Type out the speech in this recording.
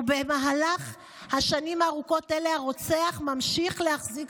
ובמהלך שנים ארוכות אלה הרוצח ממשיך להחזיק